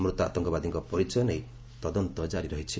ମୃତ ଆତଙ୍କବାଦୀଙ୍କ ପରିଚୟ ନେଇ ତଦନ୍ତ ଜାରି ରହିଛି